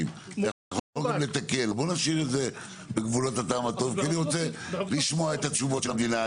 ויכול לזהות ולפתור אתגרים אבל התקציבים והתכנון לא בסמכויותיי.